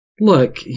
Look